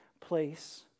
place